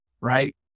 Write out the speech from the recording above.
right